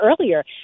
earlier